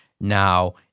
now